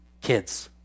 kids